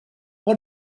who